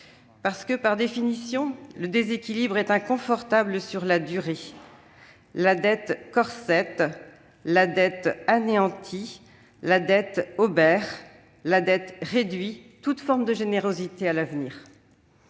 Parce que, par définition, le déséquilibre est inconfortable sur la durée. La dette corsète, anéantit, obère, réduit toute forme de générosité à l'avenir.